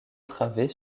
travées